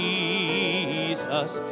Jesus